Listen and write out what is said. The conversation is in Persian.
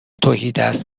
تهیدست